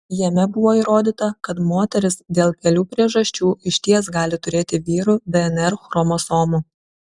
jame buvo įrodyta kad moterys dėl kelių priežasčių išties gali turėti vyrų dnr chromosomų